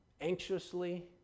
anxiously